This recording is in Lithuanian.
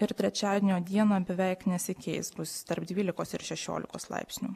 ir trečiadienio dieną beveik nesikeis bus tarp dvylikos ir šešiolikos laipsnių